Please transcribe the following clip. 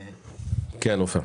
כן, עופר.